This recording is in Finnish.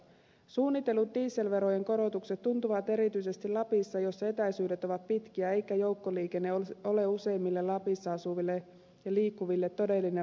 suunnitellut dieselverojen korotukset tuntuvat erityisesti lapissa missä etäisyydet ovat pitkiä eikä joukkoliikenne ole useimmille lapissa asuville ja liikkuville todellinen vaihtoehto